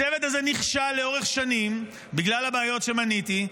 הצוות הזה נכשל לאורך שנים בגלל הבעיות שמניתי.